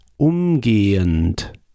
umgehend